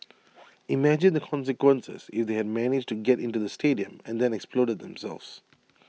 imagine the consequences if they had managed to get into the stadium and then exploded themselves